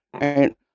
right